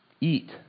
eat